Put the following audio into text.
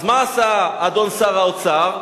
אז מה עשה אדון שר האוצר?